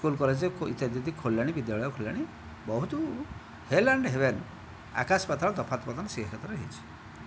school college ଇତ୍ୟାଦି ଖୋଲିଲାଣି ବିଦ୍ୟାଳୟ ଖୋଲିଲାଣି ବହୁତ ହେଲ୍ ଏଣ୍ଡ ହେଭେନ୍ ଆକାଶ ପାତାଳ ତଫାତ ବର୍ତ୍ତମାନ ଶିକ୍ଷା କ୍ଷେତ୍ରରେ ହୋଇଛି